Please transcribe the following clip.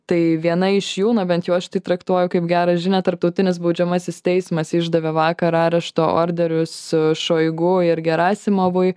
tai viena iš jų na bent jau aš tai traktuoju kaip gerą žinią tarptautinis baudžiamasis teismas išdavė vakar arešto orderius šoigu ir gerasimovui